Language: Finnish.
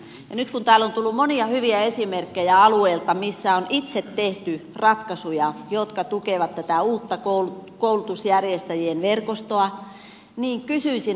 nyt kun täällä on tullut monia hyviä esimerkkejä alueilta missä on itse tehty ratkaisuja jotka tukevat tätä uutta koulutusjärjestäjien verkostoa niin kysyisin